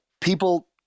people